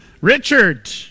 richard